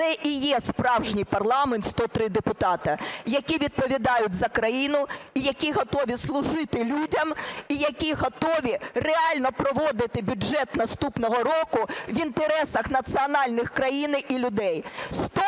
Це і є справжній парламент – 103 депутати, які відповідають за країну і які готові служити людям, і які готові реально проводити бюджет наступного року в інтересах національних країни і людей.